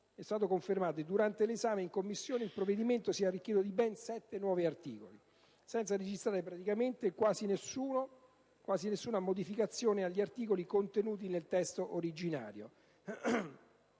è stato confermato, e durante l'esame in Commissione il provvedimento si è arricchito di ben 7 nuovi articoli, senza registrare praticamente quasi nessuna modificazione agli articoli contenuti nel testo originario.